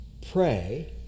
Pray